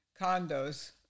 condos